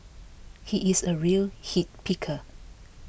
he is a real hit picker